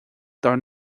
dár